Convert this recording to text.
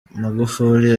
magufuli